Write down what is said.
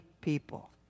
people